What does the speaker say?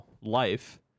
life